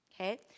okay